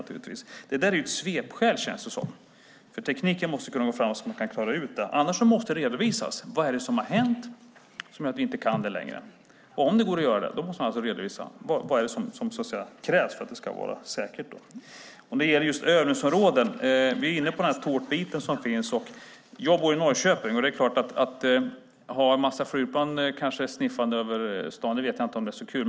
Det här känns som ett svepskäl. Tekniken måste ha gått framåt så att man kan klara ut detta. Annars måste det redovisas vad som har hänt som gör att vi inte kan det. Och om det går måste det alltså redovisas vad som krävs för att det ska vara säkert. Sedan gällde det övningsområden och den här tårtbiten. Jag bor i Norrköping, och att ha en massa flygplan sniffande över staden kanske inte är så kul.